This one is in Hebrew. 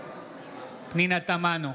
פנינה תמנו,